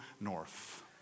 north